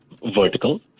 vertical